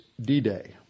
D-Day